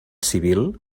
civil